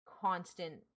constant